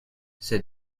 c’est